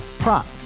Prop